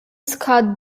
scott